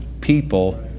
people